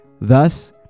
Thus